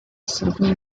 several